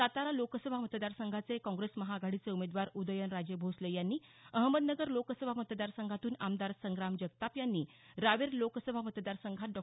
सातारा लोकसभा मतदार संघाचे काँप्रेस महाआघाडीचे उमेदवार उदयनराजे भोसले यांनी अहमदनगर लोकसभा मतदार संघातून आमदार संग्राम जगताप यांनी रावेर लोकसभा मतदारसंघात डॉ